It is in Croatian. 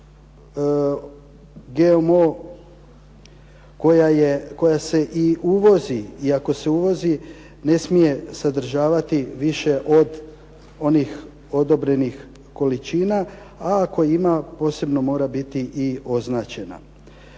GMO koja se i uvozi, i ako se uvozi ne smije sadržavati više od onih odobrenih količina a ako ima posebno mora biti i označena.